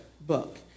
book